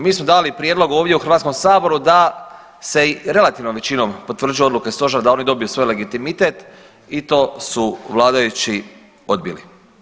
Mi smo dali prijedlog ovdje u Hrvatskom saboru da se relativnom većinom potvrđuju odluke Stožera da oni dobiju svoj legitimitet i to su vladajući odbili.